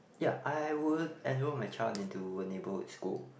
ya I would enroll my child into a neighborhood school